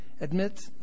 Admit